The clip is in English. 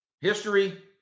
history